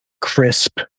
crisp